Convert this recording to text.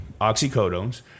oxycodones